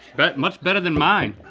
much better than mine.